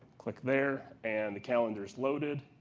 click there, and the calendar is loaded.